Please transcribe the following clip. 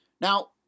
Now